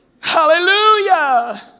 Hallelujah